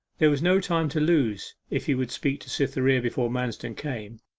there was no time to lose if he would speak to cytherea before manston came.